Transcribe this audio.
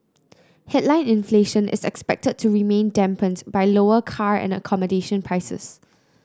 headline inflation is expected to remain dampened by lower car and accommodation prices